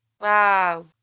Wow